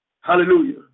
Hallelujah